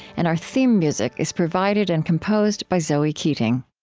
and our theme music is provided and composed by zoe keating